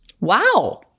Wow